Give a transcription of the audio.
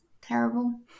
terrible